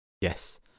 yes